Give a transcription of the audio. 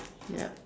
ya